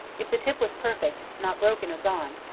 if the tip was perfect, not broken or gone,